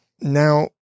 Now